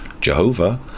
jehovah